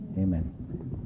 Amen